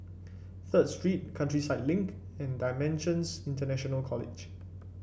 Third Street Countryside Link and Dimensions International College